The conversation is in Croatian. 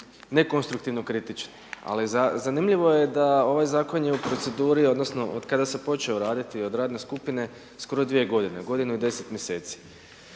nekonstruktivni kritični. Ali, zanimljivo je da ovaj zakon je u proceduri od kada se počeo raditi u radnoj skupini skoro 2 g. godinu i 10 m j.